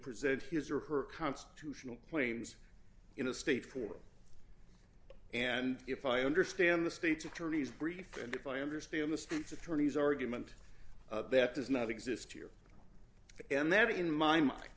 present his or her constitutional claims in a state forum and if i understand the state's attorney's brief and if i understand the state's attorney's argument that does not exist here and that in my mind